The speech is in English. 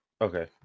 Okay